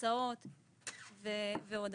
הרצאות ועוד.